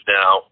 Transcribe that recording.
now